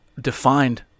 defined